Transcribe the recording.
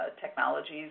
technologies